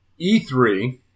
E3